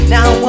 Now